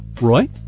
Roy